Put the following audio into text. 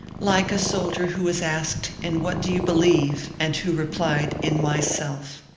like a soldier who was asked in what do you believe? and who replied in myself.